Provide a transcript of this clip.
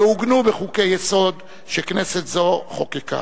ועוגנו בחוקי-היסוד שכנסת זו חוקקה.